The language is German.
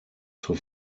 zur